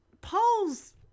Paul's